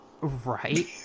Right